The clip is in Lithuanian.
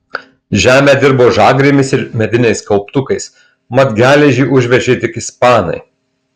žemę dirbo žagrėmis ir mediniais kauptukais mat geležį užvežė tik ispanai